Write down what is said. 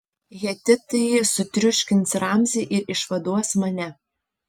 hetitai sutriuškins ramzį ir išvaduos mane